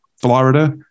Florida